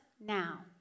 now